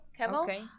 Okay